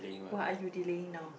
what are you delaying now